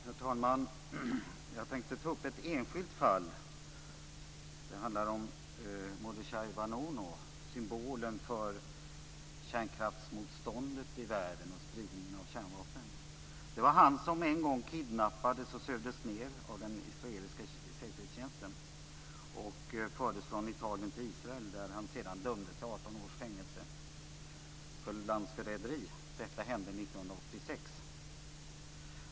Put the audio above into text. Herr talman! Jag tänkte ta upp ett enskilt fall, och det handlar om Mordechai Vanunu, symbolen för kärnkraftsmotståndet i världen och spridningen av kärnvapen. Det var han som en gång kidnappades och sövdes ned av den israeliska säkerhetstjänsten och fördes från Italien till Israel, där han sedan dömdes till 18 års fängelse för landsförräderi. Detta hände 1986.